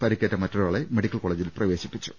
പരിക്കേറ്റ മറ്റൊരാളെ മെഡിക്കൽ കോളേജിൽ പ്രവേശിപ്പിച്ചു